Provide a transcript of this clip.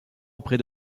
auprès